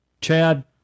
Chad